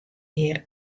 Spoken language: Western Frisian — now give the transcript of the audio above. hjir